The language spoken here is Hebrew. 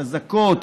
אזעקות,